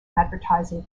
advertising